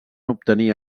obtenir